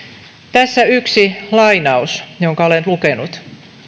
tässä yksi lainaus jonka olen lukenut